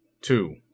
two